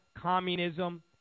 communism